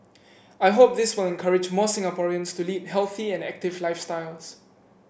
I hope this will encourage more Singaporeans to lead healthy and active lifestyles